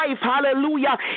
hallelujah